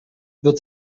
wird